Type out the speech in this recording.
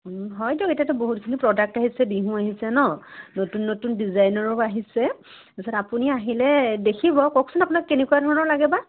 হয়তো এতিয়াতো বহুতখিনি প্ৰডাক্ট আহিছে বিহু আহিছে ন নতুন নতুন ডিজাইনৰো আহিছে তাৰপিছত আপুনি আহিলে দেখিব কওকচোন আপোনাক কেনেকুৱা ধৰণৰ লাগে বা